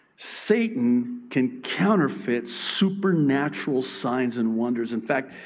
satan can counterfeit supernatural signs and wonders. in fact,